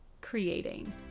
creating